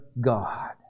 God